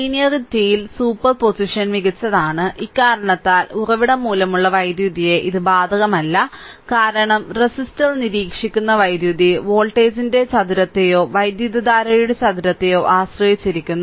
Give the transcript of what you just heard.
ലീനിയറിറ്റിയിൽ superposition മികച്ചതാണ് ഇക്കാരണത്താൽ ഉറവിടം മൂലമുള്ള വൈദ്യുതിയെ ഇത് ബാധകമല്ല കാരണം റെസിസ്റ്റർ നിരീക്ഷിക്കുന്ന വൈദ്യുതി വോൾട്ടേജിന്റെ ചതുരത്തെയോ വൈദ്യുതധാരയുടെ ചതുരത്തെയോ ആശ്രയിച്ചിരിക്കുന്നു